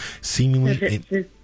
seemingly